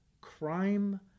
crime